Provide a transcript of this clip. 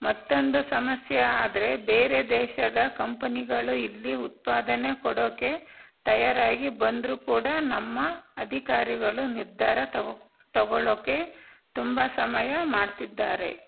ಮತ್ತೊಂದು ಸಮಸ್ಯೆ ಆದರೆ ಬೇರೆ ದೇಶದ ಕಂಪನಿಗಳು ಇಲ್ಲಿ ಉತ್ಪಾದನೆ ಕೊಡೋಕೆ ತಯಾರಾಗಿ ಬಂದರೂ ಕೂಡ ನಮ್ಮ ಅಧಿಕಾರಿಗಳು ನಿರ್ಧಾರ ತಗೋ ತಗೋಳ್ಳೋಕ್ಕೆ ತುಂಬ ಸಮಯ ಮಾಡ್ತಿದ್ದಾರೆ